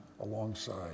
alongside